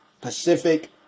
Pacific